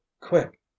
quick